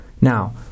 Now